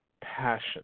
passion